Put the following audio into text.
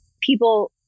people